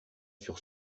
sur